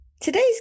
Today's